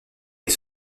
est